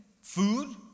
Food